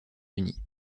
unis